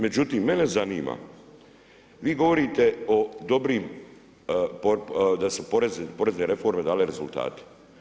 Međutim, mene zanima, vi govorite o dobrim da su porezne reforme dale rezultate.